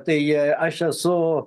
tai aš esu